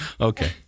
Okay